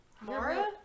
Mara